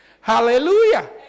Hallelujah